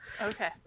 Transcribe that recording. Okay